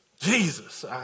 Jesus